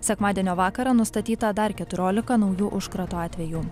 sekmadienio vakarą nustatyta dar keturiolika naujų užkrato atvejų